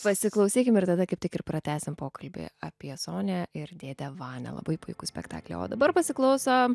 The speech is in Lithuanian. pasiklausykim ir tada kaip tik ir pratęsim pokalbį apie sonią ir dėdę vanią labai puikų spektaklį o dabar pasiklausom